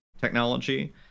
technology